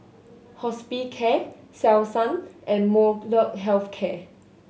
Hospicare Selsun and Molnylcke Health Care